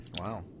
Wow